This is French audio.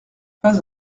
pas